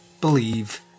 believe